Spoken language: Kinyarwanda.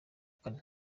kane